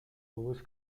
was